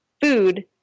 food